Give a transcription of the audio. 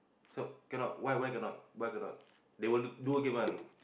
so cannot why why cannot why cannot they will do again one